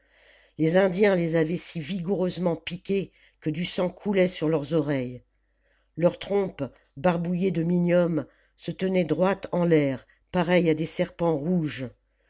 les indiens les avaient si visfoureusement piqués que du sang coulait sur leurs oreilles leurs trompes barbouillées de minium se tenaient droites en l'air pareilles à des serpents rouges